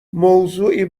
موضوعی